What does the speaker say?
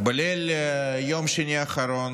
בליל יום שני האחרון